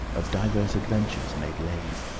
of divers aventures made lays,